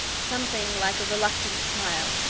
something like a reluctant smile,